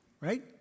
right